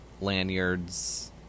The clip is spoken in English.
lanyards